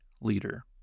leader